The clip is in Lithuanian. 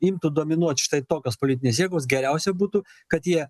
imtų dominuot štai tokios politinės jėgos geriausia būtų kad jie